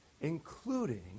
including